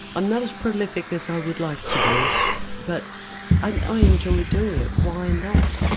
i'm not as prolific as i would like to be but i enjoy doing it. why not?